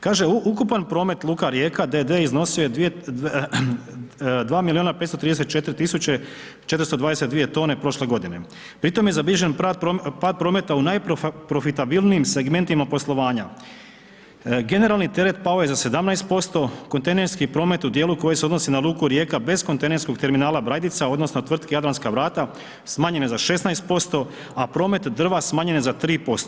Kaže, ukupan promet Luka Rijeka d.d. iznosio je 2 milijuna 534 tisuće 422 tone prošle godine, pri tome je zabilježen pad prometa u najprofitabilnijim segmentima poslovanja, generalni teret pao je za 17%, kontejnerski promet u dijelu koji se odnosi na luku Rijeka bez kontejnerskog terminala Brajdica odnosno tvrtki Jadranska vrata smanjen je za 16%, a promet drva smanjen je za 3%